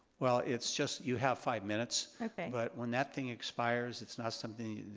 well, it's just you have five minutes but when that thing expires it's not something,